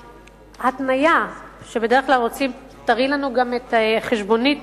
ההתניה שבדרך כלל רוצים לראות את החשבונית